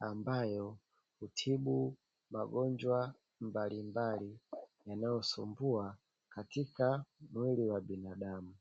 ambayo hutibu magonjwa mbalimbali yanayosumbua katika mwili wa binadamu.